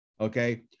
Okay